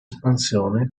espansione